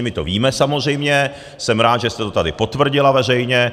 My to víme, samozřejmě, jsem rád, že jste to tady potvrdila veřejně.